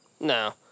No